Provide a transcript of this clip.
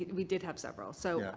we did have several. so yeah